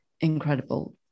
Incredible